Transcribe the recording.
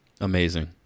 Amazing